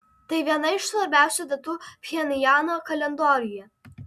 tai viena iš svarbiausių datų pchenjano kalendoriuje